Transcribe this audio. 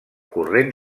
corrent